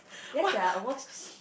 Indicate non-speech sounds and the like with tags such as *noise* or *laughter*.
ya sia almost *noise*